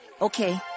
Okay